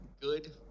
good